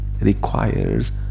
requires